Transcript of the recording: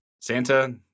Santa